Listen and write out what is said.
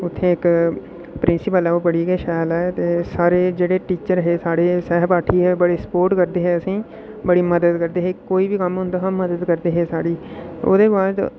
उत्थै इक प्रींसिपल ऐ ओह् बड़ी गै शैल ऐ ते सारे जेह्ड़े टीचर हे साढ़े सैह्पाठी हे बड़ी स्पोर्ट करदे हे असें ई बड़ी मदद करदे हे कोई बी कम्म होंदा हा मदद करदे हे साढ़ी ओह्दे बाद च